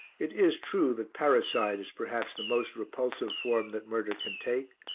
it is true that parricide is perhaps the most repulsive form that murder can take,